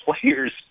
players